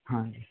ਹਾਂਜੀ